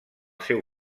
seu